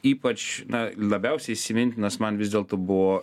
ypač na labiausiai įsimintinas man vis dėlto buvo